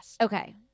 Okay